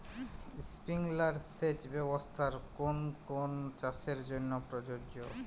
Sprinkler সেচ ব্যবস্থার কোন কোন চাষের জন্য প্রযোজ্য?